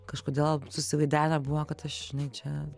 kažkodėl susivaidenę buvo kad aš žinai čia